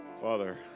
Father